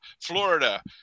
Florida